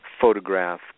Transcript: photograph